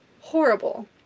Horrible